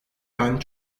yani